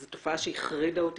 זו תופעה שהחרידה אותי